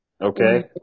Okay